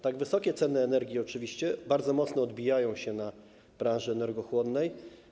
Tak wysokie ceny energii bardzo mocno odbijają się na branży energochłonnej.